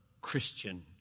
Christian